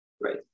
Right